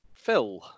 Phil